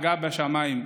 החגה בשמיים,